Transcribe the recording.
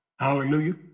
Hallelujah